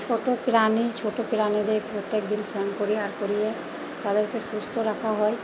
ছোটো প্রাণী ছোটো প্রাণীদের প্রত্যেকদিন স্নান করিয়ে আর করিয়ে তাদেরকে সুস্থ রাখা হয়